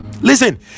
listen